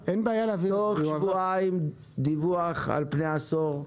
תוך שבועיים יועבר דיווח על העשור האחרון,